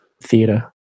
theatre